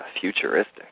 futuristic